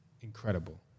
incredible